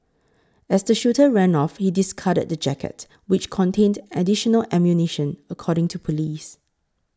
as the shooter ran off he discarded the jacket which contained additional ammunition according to police